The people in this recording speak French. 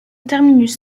terminus